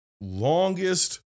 longest